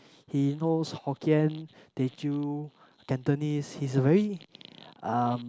he knows Hokkien Teochew Cantonese he's a very um